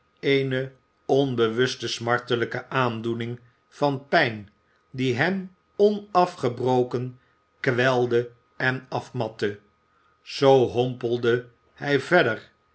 eene onbewuste smartelijke aandoening van pijn die hem onafgebroken kwelde en afmatte zoo hompelde hij verder